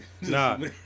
nah